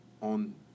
on